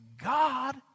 God